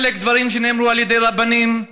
חלק, דברים שנאמרו על ידי רבנים,